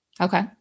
Okay